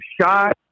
shot